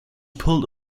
pulled